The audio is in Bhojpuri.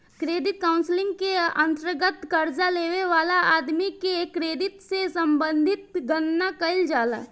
क्रेडिट काउंसलिंग के अंतर्गत कर्जा लेबे वाला आदमी के क्रेडिट से संबंधित गणना कईल जाला